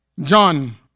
John